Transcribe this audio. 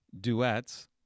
duets